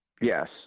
Yes